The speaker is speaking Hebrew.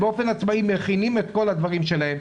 באופן עצמאי מכינים את כל הדברים שלהם.